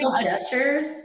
Gestures